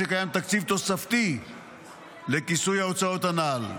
שקיים תקציב תוספתי לכיסוי ההוצאות הנ"ל.